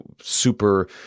super